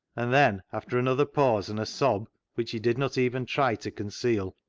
and then, after another pause and a sob, which he did not even try to conceal,